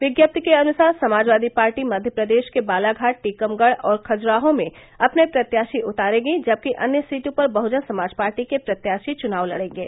विज्ञप्ति के अनुसार समाजवादी पार्टी मध्य प्रदेश के बालाघाट टीकमगढ़ और खजुराहो में अपने प्रत्याशी उतारेगी जबकि अन्य सीटों पर बहुजन समाज पार्टी के प्रत्याशी चुनाव लड़ेंगे